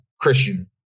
Christian